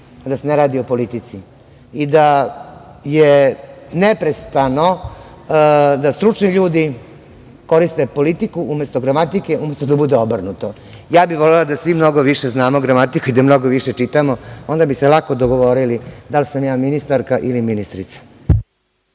da se ne radi o politici i da je neprestano da stručni ljudi koriste politiku umesto gramatike, umesto da bude obrnuto. Volela bih da svi mnogo više znamo gramatiku i da mnogo više čitamo, onda bi se lako dogovorili da li sam ja ministarka ili ministrica.